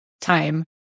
time